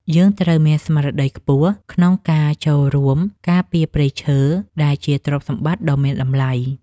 យើងត្រូវមានស្មារតីខ្ពស់ក្នុងការចូលរួមការពារព្រៃឈើដែលជាទ្រព្យសម្បត្តិដ៏មានតម្លៃ។